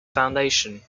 foundation